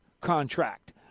contract